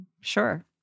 Sure